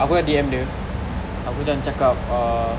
aku dah D_M dia aku cam cakap ah